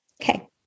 Okay